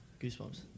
Goosebumps